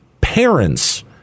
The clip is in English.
parents